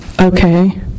Okay